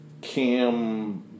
cam